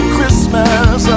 Christmas